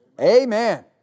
Amen